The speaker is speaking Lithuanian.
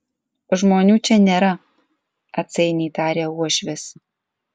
žmonių čia nėra atsainiai tarė uošvis